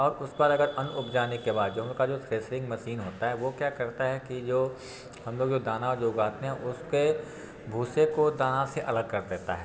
और उस पर अगर अन्न उग जाने के बाद जो हमलोग का जो थ्रेसरिंग मसीन होता है वो क्या करता है कि जो हम लोग जो दाना जो उगाते हैं उसके भूसे को दाने से अलग कर देता है